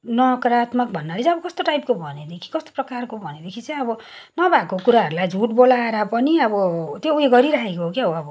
नकारात्मक भन्नाले चाहिँ अब कस्तो टाइपको भनेदेखि कस्तो प्रकारको भनेदेखि चाहिँ अब नभएको कुराहरूलाई झुट बोलाएर पनि अब त्यो उयो गरिरहेको क्या हौ अब